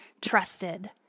trusted